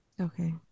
Okay